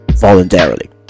voluntarily